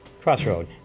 Crossroad